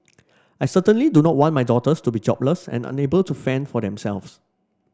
I certainly do not want my daughters to be jobless and unable to fend for themselves